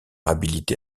habilité